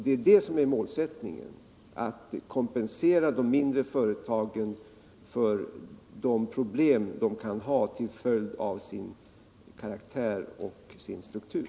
Det är det som är målsättningen — att kompensera de mindre företagen för de problem de kan ha till följd av sin karaktär och sin struktur.